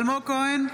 אלמוג כהן,